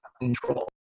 control